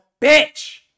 Bitch